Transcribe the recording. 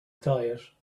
diet